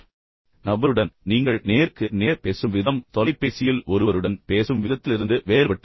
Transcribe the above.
உங்கள் நபருடன் நீங்கள் நேருக்கு நேர் பேசும் விதம் தொலைபேசியில் ஒருவருடன் பேசும் விதத்திலிருந்து வேறுபட்டது